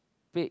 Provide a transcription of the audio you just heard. speak